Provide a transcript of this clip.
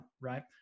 right